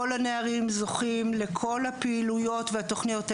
כל הנערים זוכים לכל הפעילויות והתוכניות.